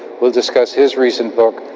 will discuss his recent book,